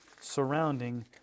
surrounding